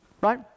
right